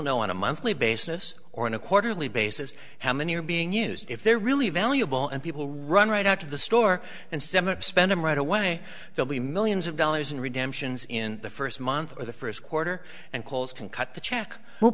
know on a monthly basis or on a quarterly basis how many are being used if they're really valuable and people run right out to the store and seven spend them right away they'll be millions of dollars in redemptions in the first month or the first quarter and kohl's can cut the check